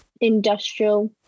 industrial